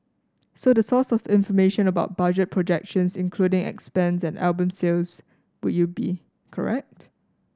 so the source of information about budget projections including expense and album sales would you be correct